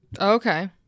Okay